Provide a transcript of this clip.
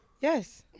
Yes